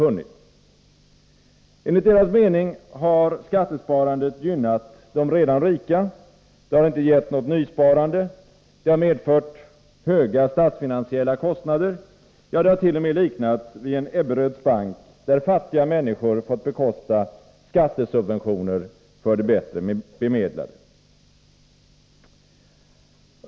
Enligt socialdemokraternas mening har skattesparandet gynnat de redan rika, det har inte gett något nysparande, det har medfört höga statsfinansiella kostnader — ja, det hart.o.m. liknats vid en Ebberöds bank, där fattiga människor fått bekosta skattesubventioner för de bättre bemedlade.